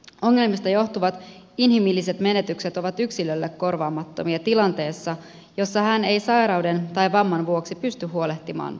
ongelmista johtuvat inhimilliset menetykset ovat yksilölle korvaamattomia tilanteessa jossa hän ei sairauden tai vamman vuoksi pysty huolehtimaan elatuksestaan